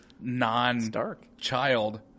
non-child